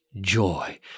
joy